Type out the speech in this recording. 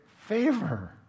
Favor